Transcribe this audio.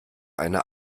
eine